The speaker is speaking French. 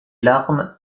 larmes